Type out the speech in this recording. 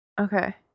Okay